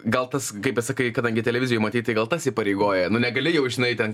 gal tas kaip pas sakai kadangi televizijoj matei tai gal tas įpareigoja nu negali jau žinai ten